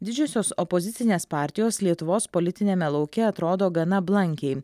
didžiosios opozicinės partijos lietuvos politiniame lauke atrodo gana blankiai